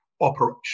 operation